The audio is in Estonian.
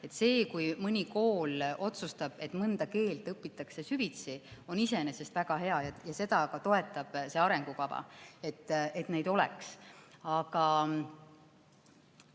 See, kui mõni kool otsustab, et mõnda keelt õpitakse süvitsi, on iseenesest väga hea ja ka see arengukava toetab